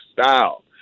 style